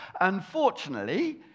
Unfortunately